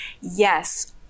yes